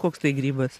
koks tai grybas